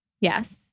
Yes